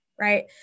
Right